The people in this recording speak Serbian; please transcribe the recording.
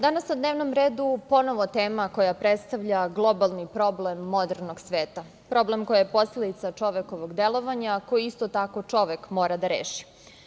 Danas na dnevnom redu ponovo tema koja predstavlja globalni problem modernog sveta, problem koji je posledica čovekovog delovanja, koji je isto tako čovek mora da reši.